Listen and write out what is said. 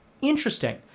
interesting